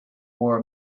war